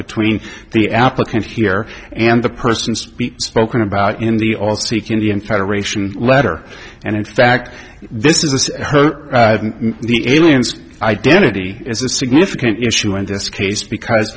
between the applicant here and the person spoken about in the all sikh indian federation letter and in fact this is her the aliens identity is a significant issue in this case because